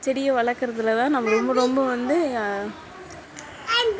செடியை வளர்க்குறதுல தான் நம்ம ரொம்ப ரொம்ப வந்து